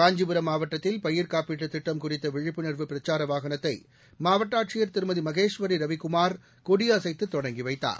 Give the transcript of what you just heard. காஞ்சிபுரம் மாவட்டத்தில் பயிர் காப்பீட்டு திட்டம் குறித்த விழிப்புணர்வு பிரச்சார வாகனத்தை மாவட்ட ஆட்சியர் திருமதி மகேஸ்வரி ரவிக்குமார் கொடியசைத்து தொடங்கி வைத்தார்